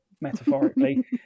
metaphorically